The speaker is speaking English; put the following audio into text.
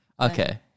Okay